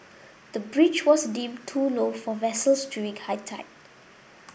the bridge was deemed too low for vessels during high tide